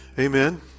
Amen